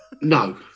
No